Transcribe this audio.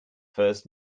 first